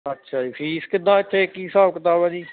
ਅੱਛਾ ਜੀ ਫੀਸ ਕਿੱਦਾਂ ਚਾਹੇ ਕੀ ਹਿਸਾਬ ਕਿਤਾਬ ਆ ਜੀ